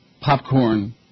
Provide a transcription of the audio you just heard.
popcorn